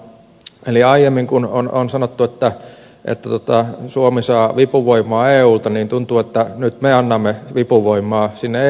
eli kun aiemmin on sanottu että suomi saa vipuvoimaa eulta niin tuntuu että nyt me annamme vipuvoimaa sinne eulle